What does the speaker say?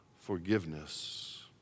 forgiveness